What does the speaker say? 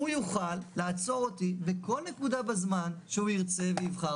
הוא יוכל לעצור אותי בכל נקודה בזמן שהוא ירצה ויבחר